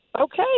Okay